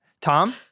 Tom